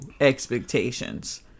expectations